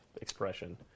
expression